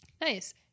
Nice